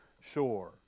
sure